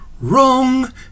Wrong